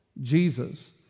Jesus